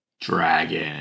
dragon